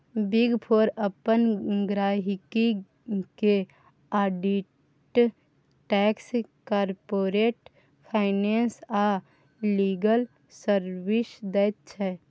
big four अपन गहिंकी केँ आडिट टैक्स, कारपोरेट फाइनेंस आ लीगल सर्विस दैत छै